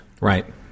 Right